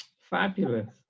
Fabulous